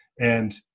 And-